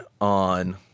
on